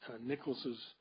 Nicholas's